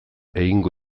egingo